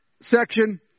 section